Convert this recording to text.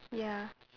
ya